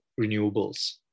renewables